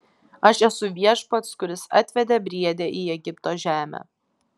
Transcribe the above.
aš esu viešpats kuris atvedė briedę į egipto žemę